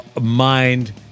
mind